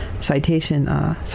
citation